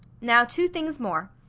now two things more.